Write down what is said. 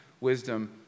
wisdom